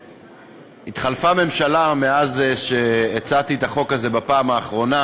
התחלפה ממשלה מאז שהצעתי את החוק הזה בפעם האחרונה,